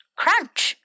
crunch